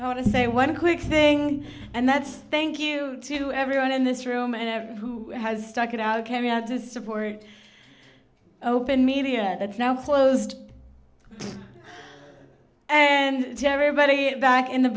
i want to say one quick thing and that's thank you to everyone in this room and who has stuck it out carry out to support open media that's now closed and tell everybody back in the